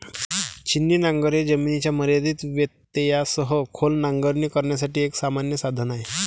छिन्नी नांगर हे जमिनीच्या मर्यादित व्यत्ययासह खोल नांगरणी करण्यासाठी एक सामान्य साधन आहे